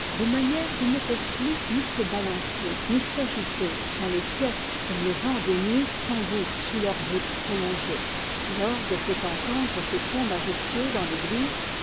de manière qu'elles ne peuvent plus ni se balan cer ni s'agiter quand les siècles comme le vent des nuits s'engouffrent sous leurs voûtes pro longées l'orgue fait entendre ses sons majestueux dans t'égtise